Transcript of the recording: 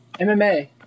MMA